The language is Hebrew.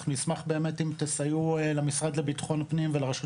אנחנו נשמח באמת אם תסייעו למשרד לביטחון הפנים ולרשות